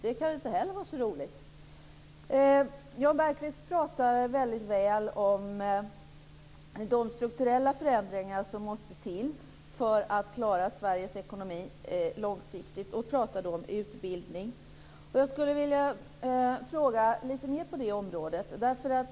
Det kan inte heller vara så roligt. Jan Bergqvist pratar väldigt väl om de strukturella förändringar som måste till för att man skall klara Sveriges ekonomi långsiktigt. Han pratar då om utbildning. Jag skulle vilja fråga lite mer på det området.